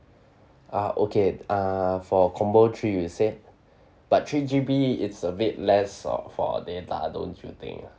ah okay ah for combo three you said but three G_B it's a bit less for for a data don't you think ah